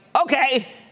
okay